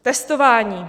Testování.